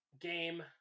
game